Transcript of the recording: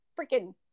freaking